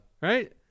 Right